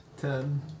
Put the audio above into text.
Ten